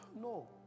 No